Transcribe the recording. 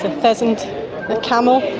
pheasant camel,